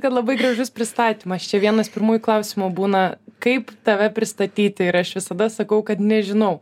kad labai gražus pristatymas čia vienas pirmųjų klausimų būna kaip tave pristatyti ir aš visada sakau kad nežinau